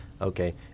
Okay